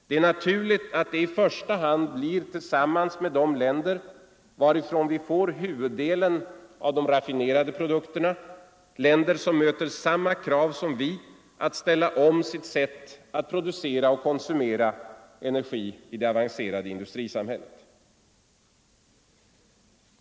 Det är naturligt att det i första hand blir tillsammans med de länder från vilka vi får huvuddelen av de raffinerade produkterna och som möter samma krav som vi att ställa om sättet att producera och konsumera energi i det avancerade industrisamhället.